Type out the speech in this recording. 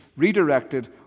redirected